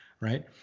right